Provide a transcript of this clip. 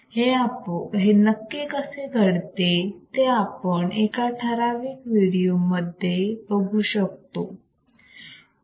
हे नक्की कसे घडते ते आपण एका ठराविक व्हिडिओ मध्ये बघू शकतो